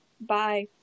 Bye